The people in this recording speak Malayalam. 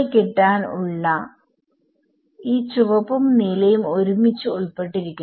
കിട്ടാൻ ഇവിടെ ഉള്ള ഈ ചുവപ്പും നീലയും ഒരുമിച്ച് ഉൾപ്പെട്ടിരിക്കുന്നു